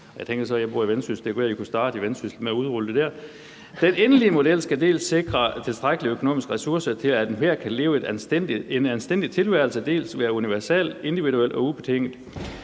hele landet.« Jeg bor i Vendsyssel, og jeg tænker så, vi kunne starte med at udrulle det der. »Den endelige model skal dels sikre tilstrækkelige økonomiske ressourcer til at enhver kan leve en anstændig tilværelse, dels være universel, individuel og ubetinget«.